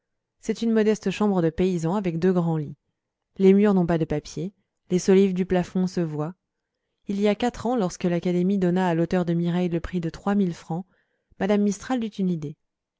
c'est une modeste chambre de paysan avec deux grands lits les murs n'ont pas de papier les solives du plafond se voient il y a quatre ans lorsque l'académie donna à l'auteur de mireille le prix de trois mille francs m me mistral eut une idée